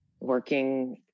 working